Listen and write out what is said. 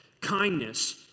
kindness